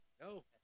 No